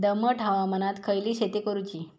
दमट हवामानात खयली शेती करूची?